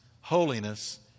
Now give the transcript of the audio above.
holiness